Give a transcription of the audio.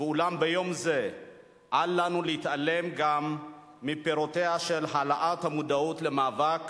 אולם ביום זה אל לנו להתעלם גם מפירותיה של העלאת המודעות למאבק